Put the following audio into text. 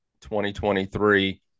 2023